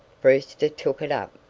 brewster took it up.